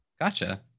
Gotcha